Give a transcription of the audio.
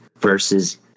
versus